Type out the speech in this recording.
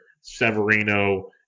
Severino